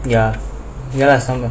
ya ya lah